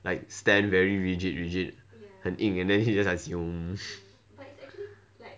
like stand very rigid rigid 很硬 and then it just